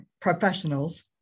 professionals